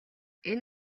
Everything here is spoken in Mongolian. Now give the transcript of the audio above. энэ